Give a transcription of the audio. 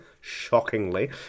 shockingly